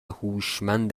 هوشمند